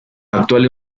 actual